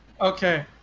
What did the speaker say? Okay